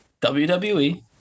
WWE